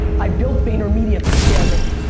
i built vaynermedia to scale me.